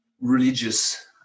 religious